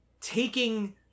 taking